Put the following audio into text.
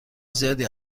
زیادی